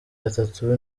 batatu